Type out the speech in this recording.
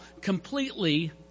completely